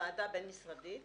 ועדה בינמשרדית